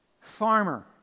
Farmer